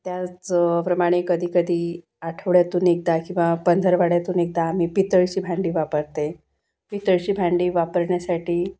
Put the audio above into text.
त्याचप्रमाणे कधी कधी आठवड्यातून एकदा किंवा पंधरवड्यातून एकदा मी पितळेची भांडी वापरते पितळेची भांडी वापरण्यासाठी